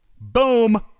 Boom